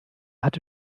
hatte